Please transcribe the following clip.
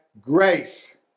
grace